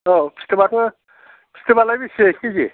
औ फिथोबाथ' फिथोबालाय बेसे केजि